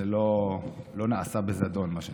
זה לא נעשה בזדון, מה שנקרא.